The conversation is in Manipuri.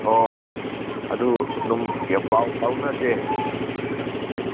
ꯑꯣ ꯑꯗꯨ ꯑꯗꯨꯝ ꯄꯥꯎ ꯐꯥꯎꯅꯁꯦ